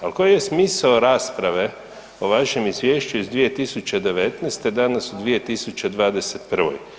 Ali, koji je smisao rasprave o vašem Izvješću iz 2019. danas u 2021.